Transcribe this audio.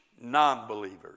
non-believers